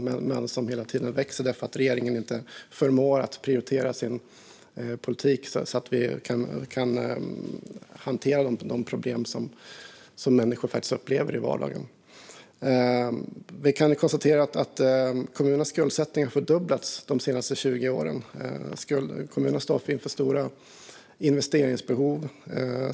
Dessa växer hela tiden, därför att regeringen inte förmår prioritera sin politik för att vi ska kunna hantera de problem som människor faktiskt upplever i vardagen. Kommunernas skuldsättning har fördubblats de senaste 20 åren. De står inför stora investeringsbehov.